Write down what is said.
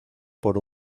por